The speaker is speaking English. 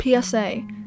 PSA